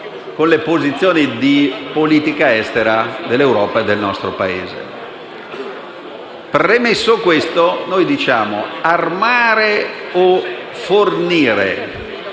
con le posizioni di politica estera dell'Europa e del nostro Paese. Premesso questo, a nostro avviso, armare o fornire